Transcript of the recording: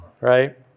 Right